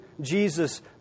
Jesus